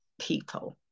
people